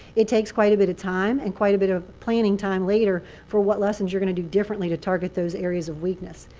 it takes quite a bit of time and quite a bit of planning time later for what lessons you're going to do differently to target those areas of weakness.